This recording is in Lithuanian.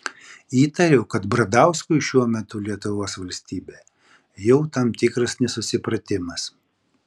įtariu kad bradauskui šiuo metu lietuvos valstybė jau tam tikras nesusipratimas